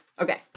Okay